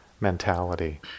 mentality